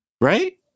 Right